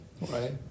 Right